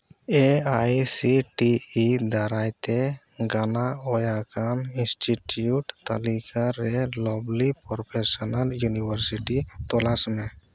A I C T E ᱫᱟᱨᱟᱭ ᱜᱟᱱᱟ ᱳᱭᱟ ᱠᱟᱱ ᱤᱱᱥᱴᱤᱴᱤᱭᱩᱴ ᱛᱟᱹᱞᱤᱠᱟ ᱨᱮ ᱞᱟᱵᱷᱞᱤ ᱯᱨᱳᱯᱷᱮᱥᱳᱱᱟᱞ ᱭᱩᱱᱤᱵᱷᱟᱨᱥᱤᱴᱤ ᱛᱚᱞᱟᱥ ᱢᱮ